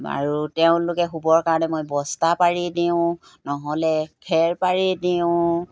আৰু তেওঁলোকে শুবৰ কাৰণে মই বস্তা পাৰি দিওঁ নহ'লে খেৰ পাৰি দিওঁ